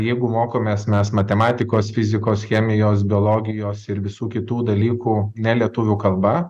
jeigu mokomės mes matematikos fizikos chemijos biologijos ir visų kitų dalykų ne lietuvių kalba